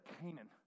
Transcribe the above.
Canaan